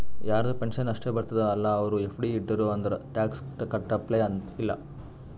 ಯಾರದು ಪೆನ್ಷನ್ ಅಷ್ಟೇ ಬರ್ತುದ ಅಲ್ಲಾ ಅವ್ರು ಎಫ್.ಡಿ ಇಟ್ಟಿರು ಅಂದುರ್ ಟ್ಯಾಕ್ಸ್ ಕಟ್ಟಪ್ಲೆ ಇಲ್ಲ